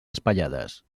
espaiades